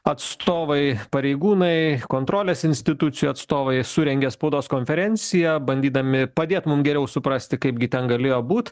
atstovai pareigūnai kontrolės institucijų atstovai surengė spaudos konferenciją bandydami padėt mum geriau suprasti kaipgi ten galėjo būt